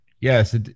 yes